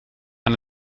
aan